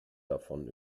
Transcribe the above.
davon